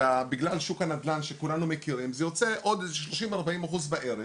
בגלל שוק הנדל"ן שכולנו מכירים זה יוצא עוד איזה 30% 40% בערך.